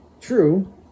true